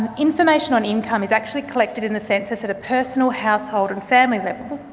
and information on income is actually collected in the census at a personal, household and family level.